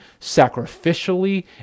sacrificially